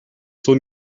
son